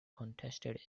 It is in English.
contested